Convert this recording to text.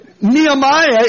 Nehemiah